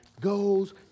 goes